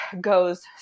goes